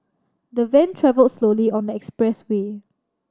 the van travelled slowly on the expressway